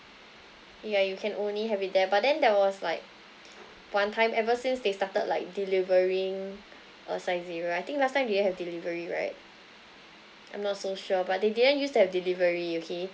ya you can only have it there but then there was like one time ever since they started like delivering uh saizeriya I think last time they don't have delivery right I'm not so sure but they didn't used to have delivery okay